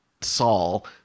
saul